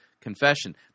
confession